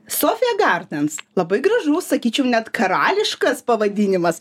sofija gardens labai gražus sakyčiau net karališkas pavadinimas